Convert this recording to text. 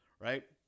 Right